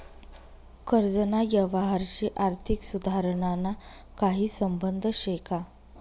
कर्जना यवहारशी आर्थिक सुधारणाना काही संबंध शे का?